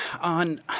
on